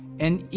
and, you